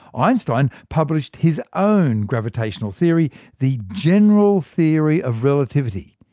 einstein published his own gravitational theory the general theory of relativity,